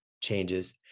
changes